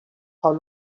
how